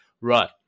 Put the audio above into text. right